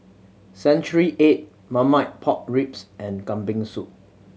century egg Marmite Pork Ribs and Kambing Soup